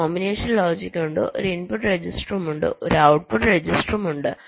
ഒരു combination logic ഉണ്ട് ഒരു ഇൻപുട്ട് രജിസ്റ്ററും ഉണ്ട് ഒരു ഔട്ട്പുട്ട് രജിസ്റ്ററും ഉണ്ട്